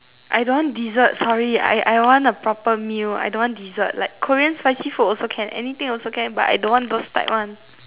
I don't want dessert sorry I I want a proper meal I don't want dessert like Korean spicy food also can anything also can but I don't want those type [one]